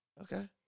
Okay